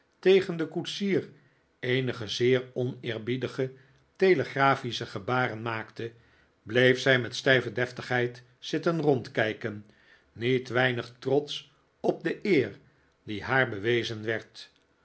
tegen den koetsier eenige zeer oneerbiedige telegrafische gebaren maakte bleef zij met stijve deftigheid zitten rondkijken niet weinig trotsch op de eer die haar bewezen werd